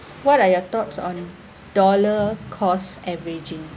what are your thoughts on dollar cost averaging